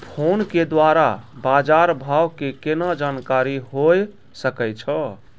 Phone के द्वारा बाज़ार भाव के केना जानकारी होय सकै छौ?